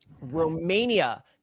Romania